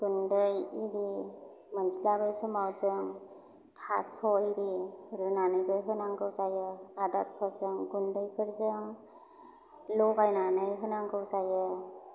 गुन्दै एरि मोनस्लाबै समाव जों थास' एरि रुनानैबो होनांगौ जायो आदारफोरजों गुन्दैफोरजों लगायनानै होनांगौ जायो